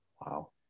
Wow